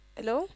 Hello